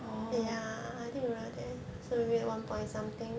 orh